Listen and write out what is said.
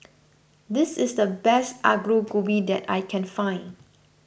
this is the best Aloo Gobi that I can find